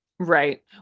Right